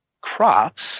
crops